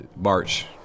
march